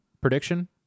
Prediction